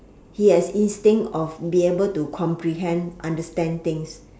he has instinct of be able to comprehend understand things